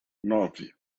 nove